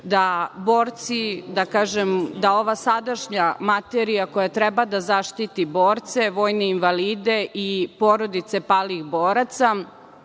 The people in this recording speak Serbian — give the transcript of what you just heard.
da ova sadašnja materija koja treba da zaštiti borce, vojne invalide i porodice palih boraca,